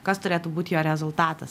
kas turėtų būt jo rezultatas